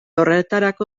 horretarako